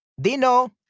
Dino